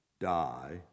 die